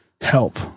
Help